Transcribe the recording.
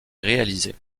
réalisées